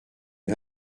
une